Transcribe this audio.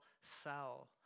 cell